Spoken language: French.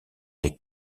les